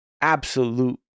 absolute